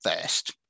first